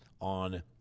on